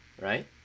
right